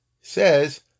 says